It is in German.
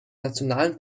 nationalen